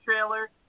trailer